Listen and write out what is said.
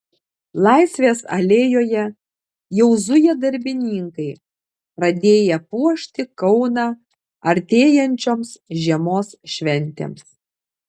laisvės alėjoje jau zuja darbininkai pradėję puošti kauną artėjančioms žiemos šventėms